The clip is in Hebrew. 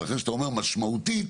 אבל כשאתה אומר שזאת עלייה משמעותית